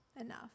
enough